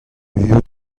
viot